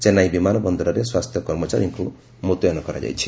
ଚେନ୍ନାଇ ବିମାନ ବନ୍ଦରରେ ସ୍ପାସ୍ଥ୍ୟ କର୍ମଚାରୀଙ୍କୁ ମୁତ୍ୟନ କରାଯାଇଛି